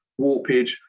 warpage